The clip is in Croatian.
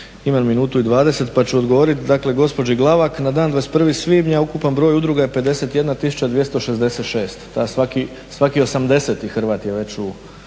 Imam 1,20 pa ću odgovoriti gospođi Glavak. Na dan 21. svibnja ukupan broj udruga je 51 266. Svaki 80 Hrvat je već u